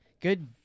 Good